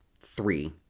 three